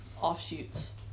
offshoots